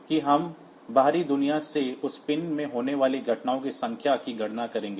कि हम बाहरी दुनिया से उस पिन में होने वाली घटनाओं की संख्या की गणना करेंगे